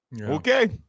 Okay